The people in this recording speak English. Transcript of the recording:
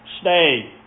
stay